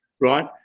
right